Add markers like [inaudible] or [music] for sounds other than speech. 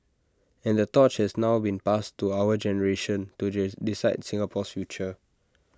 and the torch has now been passed to our generation to [unintelligible] decide Singapore's future